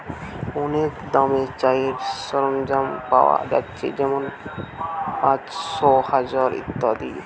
অনেক দামে চাষের সরঞ্জাম পায়া যাচ্ছে যেমন পাঁচশ, হাজার ইত্যাদি